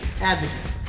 Advocate